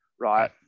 right